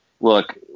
look